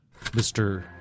Mr